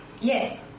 Yes